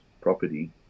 property